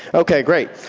okay, great,